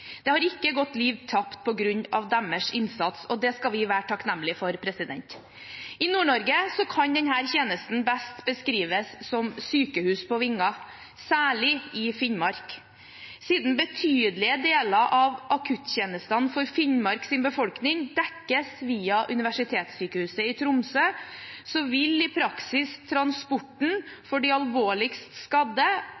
og det skal vi være takknemlig for. I Nord-Norge kan denne tjenesten best beskrives som sykehus på vinger, særlig i Finnmark. Siden betydelige deler av akuttjenestene for Finnmarks befolkning dekkes via universitetssykehuset i Tromsø, vil i praksis transporten